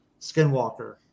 skinwalker